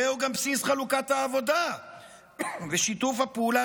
זהו גם בסיס חלוקת העבודה ושיתוף הפעולה